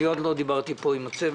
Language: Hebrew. עוד לא דיברתי על זה עם הצוות.